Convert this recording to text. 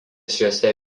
šiose